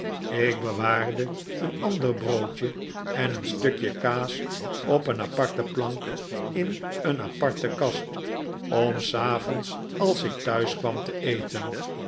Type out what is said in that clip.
ik bewaarde een ander broodje en een stukje kaas op een aparte plank in een aparte kast om s avonds als ik thuis kwam te eten